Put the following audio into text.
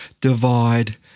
divide